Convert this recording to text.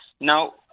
Now